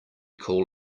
call